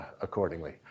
accordingly